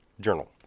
Journal